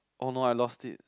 oh no I lost it